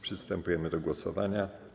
Przystępujemy do głosowania.